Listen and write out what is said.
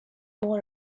more